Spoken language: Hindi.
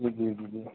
जी जी जी जी